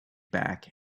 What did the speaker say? back